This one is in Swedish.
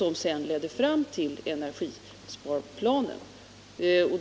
Allt detta har lett fram till energisparplanen.